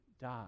die